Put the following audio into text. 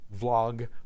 vlog